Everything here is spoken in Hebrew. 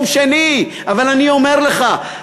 אבל אני אומר לך,